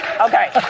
Okay